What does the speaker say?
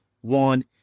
one